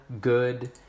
good